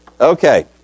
okay